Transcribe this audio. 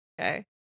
Okay